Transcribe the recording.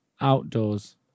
Outdoors